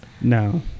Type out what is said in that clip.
No